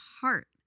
heart